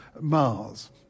Mars